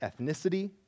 ethnicity